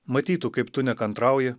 matytų kaip tu nekantrauji